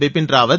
Bipin Rawat